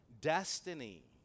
destiny